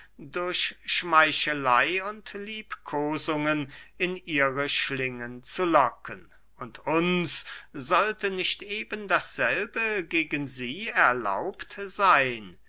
durch schmeicheley und liebkosungen in ihre schlingen zu locken und uns sollte nicht eben dasselbe gegen sie erlaubt seyn